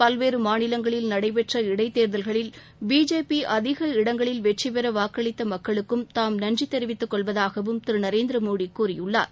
பல்வேறு மாநிலங்களில் நடைபெற்ற இடைத்தேர்தல்களிலும் பிஜேபி அதிக இடங்களில் வெற்றிபெற வாக்களித்த மக்களுக்கும் தாம் நன்றி தெரிவித்துக் கொள்வதாகவும் திரு நரேந்திரமோடி கூறியுள்ளார்